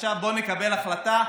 שעכשיו בואו נקבל החלטה,